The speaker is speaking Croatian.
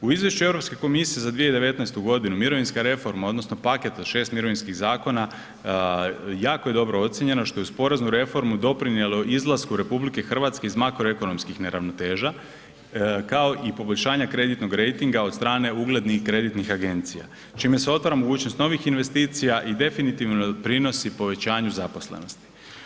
U izvješću Europske komisije za 2019. godinu mirovinska reforma odnosno paket sa 6 mirovinskih zakona jako je dobro ocijenjeno što je uz poreznu reformu doprinijelo izlasku RH iz makroekonomskih neravnoteža kao i poboljšanja kreditnog rejtinga od strane uglednih kreditnih agencija čime se otvara mogućnost novih investicija i definitivno doprinosi povećanju zaposlenosti.